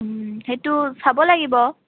সেইটো চাব লাগিব